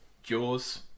Jaws